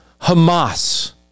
Hamas